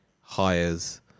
hires